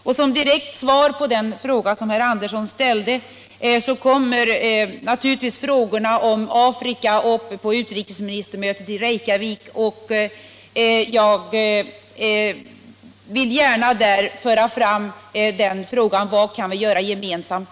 Och som ett direkt svar på den fråga som herr Andersson ställde vill jag nämna att frågorna om Afrika naturligtvis kommer upp på utrikesministermötet i Reykjavik. Jag vill där gärna föra fram spörsmålet om vad de nordiska länderna kan göra gemensamt.